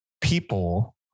people